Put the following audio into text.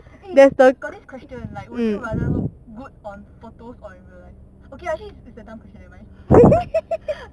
eh got this question like would you rather look good on photos or in real life okay ah actually it's a dumb question nevermind